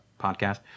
podcast